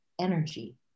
energy